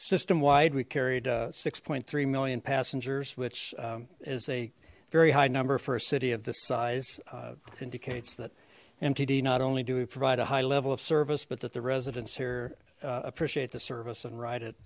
system wide we carried six point three million passengers which is a very high number for a city of this size indicates that mtd not only do we provide a high level of service but that the residents here appreciate the service and ride it